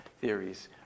theories